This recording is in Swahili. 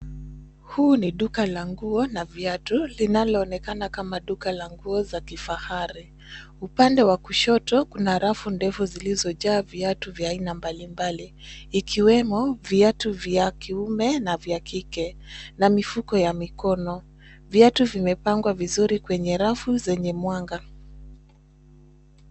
Huu ni duka la nguo na viatu linaloonekana kama duka la nguo za kifahari. Upande wa kushoto kuna rafu ndefu zilizojaa viatu vya aina mbalimbali ikiwemo viatu vya kiume na vya kike na mifuko ya mikono. Viatu vimepangwa vizuri kwenye rafu zenye mwanga.